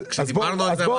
דיברנו על זה.